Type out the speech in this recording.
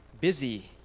Busy